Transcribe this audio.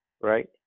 right